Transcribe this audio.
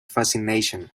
fascination